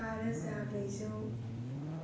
बा रोजा ब्रैजौ